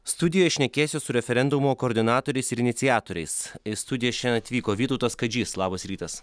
studijoj šnekėsiu su referendumo koordinatoriais ir iniciatoriais į studiją šiandien atvyko vytautas kadžys labas rytas